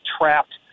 trapped